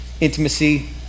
intimacy